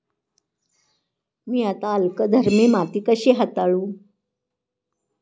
मी अल्कधर्मी माती कशी हाताळू?